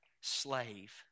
slave